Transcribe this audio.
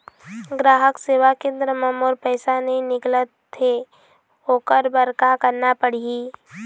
ग्राहक सेवा केंद्र म मोर पैसा नई निकलत हे, ओकर बर का करना पढ़हि?